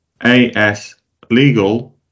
aslegal